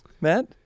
Matt